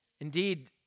Indeed